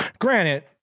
Granted